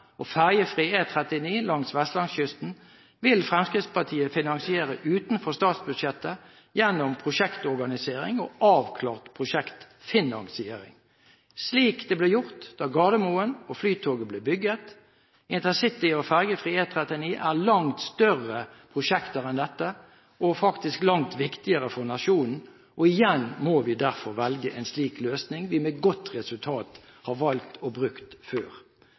og ferjefri E39 langs Vestlandskysten, vil Fremskrittspartiet finansiere utenfor statsbudsjettet gjennom prosjektorganisering og avklart prosjektfinansiering, slik det ble gjort da Gardermoen og Flytoget ble bygget. InterCity og ferjefri E39 er langt større prosjekter enn dette – og langt viktigere for nasjonen. Derfor må vi igjen velge en slik løsning vi med godt resultat har valgt og brukt før.